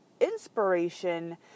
inspiration